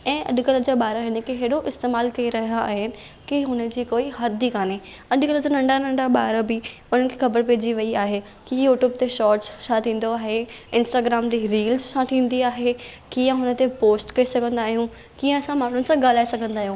ऐं अॼुकल्ह जा ॿार हिनखे हेड़ो इस्तेमालु करे रहिया आहिनि कि हुनजी कोई हद ई कान्हे अॼुकल्ह जा नंढा नंढा ॿार बि उन्हनि खे ख़बरु पइजी वई आहे कि यूट्यूब ते शॉट्स छा थींदो आहे इंस्टाग्राम जी रील्स छा थींदी आहे कीअं हुन ते पोस्ट करे सघंदा आहियूं कीअं असां माण्हुनि सां ॻाल्हाए सघंदा आहियूं